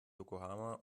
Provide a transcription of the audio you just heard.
yokohama